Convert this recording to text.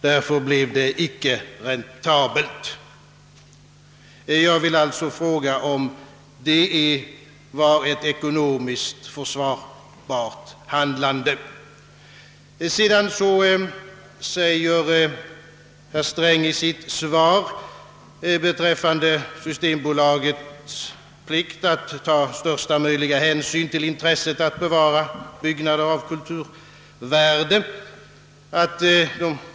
Det alternativet blev därför inte räntabelt. Jag vill nu fråga, om detta var ett ekonomiskt försvarbart handlande. Vidare säger herr Sträng i sitt svar att Systembolaget bör »ta största möjliga hänsyn till intresset att bevara byggnader som har ett särskilt kulturvärde.